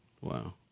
Wow